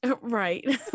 right